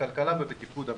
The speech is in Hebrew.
בכלכלה ובתפקוד המשק.